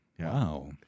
Wow